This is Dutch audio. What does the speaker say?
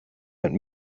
met